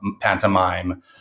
pantomime